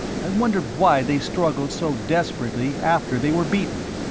i wondered why they struggled so desperately after they were beaten.